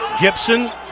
Gibson